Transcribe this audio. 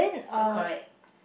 so correct